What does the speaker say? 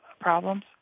problems